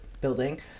building